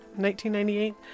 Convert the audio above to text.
1998